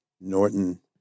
Norton